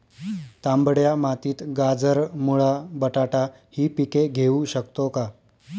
तांबड्या मातीत गाजर, मुळा, बटाटा हि पिके घेऊ शकतो का?